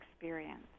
experience